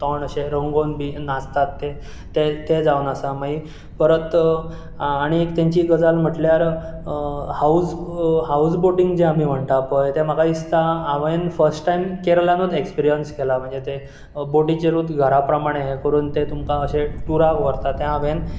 तोंड अशें रंगोवन बी नाचतात ते ते ते जावन आसा माई परत आनी एक तांची गजाल म्हटल्यार हावज हावजबोटींग जें आमी म्हणटा पळय तें म्हाका दिसता हांवें फश्ट टायम केरलानूच एक्सपिरियन्स केलां म्हणजे ते बोटीचेरूत घरा प्रमाणे एहें करून ते तुमकां अशे टुराक व्हरतात तें हांवें